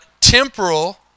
temporal